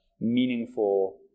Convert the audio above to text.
meaningful